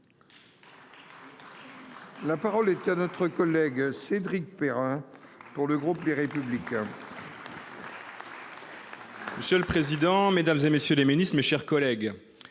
La parole est à M. Cédric Perrin, pour le groupe Les Républicains.